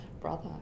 brother